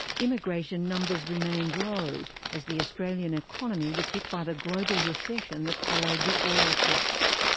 immigration numbers remained low as the australian economy was hit by the global recession that followed the oil shocks.